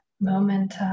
moment